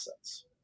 assets